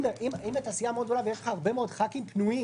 אם אתה סיעה מאוד גדולה ויש לך הרבה מאוד חברי כנסת פנויים,